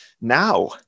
now